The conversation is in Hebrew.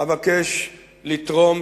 אבקש לתרום